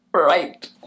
Right